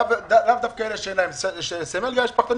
לאו דווקא אלה שאין להם סמל אלא המשפחתונים